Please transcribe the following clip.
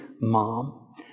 mom